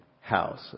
house